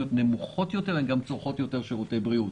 נמוך יותר הן גם צורכות יותר שירותי בריאות,